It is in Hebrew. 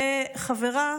וחברה